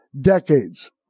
decades